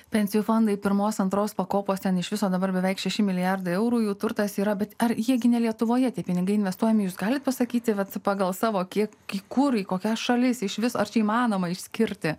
pensijų fondai pirmos antros pakopos ten iš viso dabar beveik šeši milijardai eurų jų turtas yra bet ar jie gimę lietuvoje tie pinigai investuojami jūs galite pasakyti bet pagal savo kiekį kur kokia šalis išvis ar įmanoma išskirti